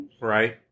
right